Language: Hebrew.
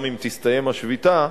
גם אם תסתיים השביתה,